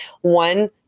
One